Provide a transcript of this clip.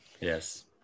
Yes